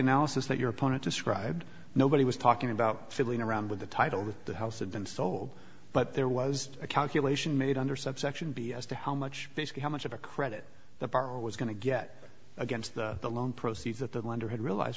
analysis that your opponent described nobody was talking about fiddling around with the title of the house had been sold but there was a calculation made under subsection b as to how much basically how much of a credit the borrower was going to get against the loan proceeds that the lender had realize